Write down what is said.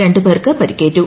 രണ്ടുപേർക്ക് പരിക്കേറ്റു